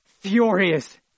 furious